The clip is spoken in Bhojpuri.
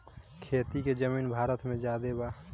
खेती के जमीन भारत मे ज्यादे बा